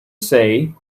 say